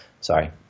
Sorry